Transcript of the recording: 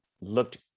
looked